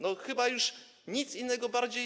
No chyba już nic innego, nic bardziej.